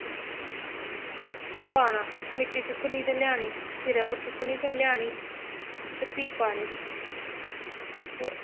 पाना मिट्टी चुक्कनी ते ले आनी ते सिरै उप्पर चुक्कनी ते लेई आनी ते भी पानी ते